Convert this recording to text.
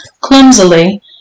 Clumsily